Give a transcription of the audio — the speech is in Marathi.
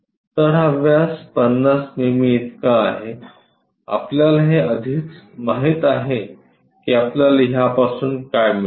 तर हा व्यास 50 मिमी इतका आहे आपल्याला हे आधीच माहित आहे की आपल्याला ह्यापासून काय मिळेल